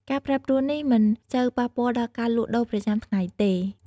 ការប្រែប្រួលនេះមិនសូវប៉ះពាល់ដល់ការលក់ដូរប្រចាំថ្ងៃទេ។